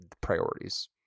priorities